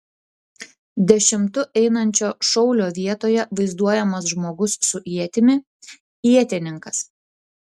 dešimtu einančio šaulio vietoje vaizduojamas žmogus su ietimi ietininkas